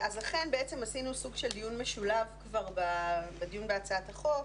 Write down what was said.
בעצם עשינו סוג של דיון משולב בדיון בהצעת החוק,